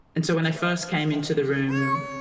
and so when i first came into the room,